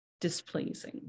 displeasing